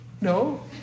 No